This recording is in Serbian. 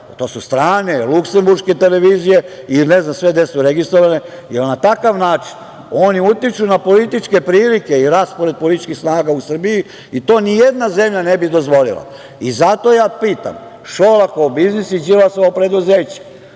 To su strane, Luksemburške televizije i ne znam sve gde su registrovane, jer na takav način oni utiču na političke prilike i raspored političkih snaga u Srbiji. To ni jedna zemlja ne bi dozvolila. Zato ja pitam Šolakov biznis i Đilasovo preduzeće.